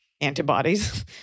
antibodies